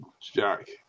jack